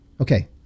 Okay